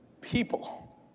people